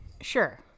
Sure